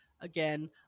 again